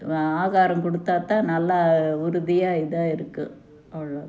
ஆகாரம் கொடுத்தாத்தான் நல்லா உறுதியாக இதாக இருக்கும் அவ்வளோ தான்